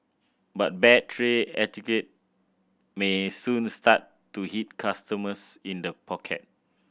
but bad tray etiquette may soon start to hit customers in the pocket